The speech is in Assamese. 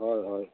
হয় হয়